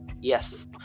Yes